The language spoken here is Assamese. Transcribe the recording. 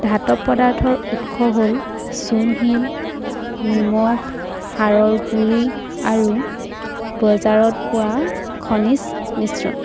ধাতৱ পদাৰ্থৰ উৎস হ'ল চূণশিল নিমখ সাৰৰ গুড়ি আৰু বজাৰত পোৱা খনিজ মিশ্ৰণ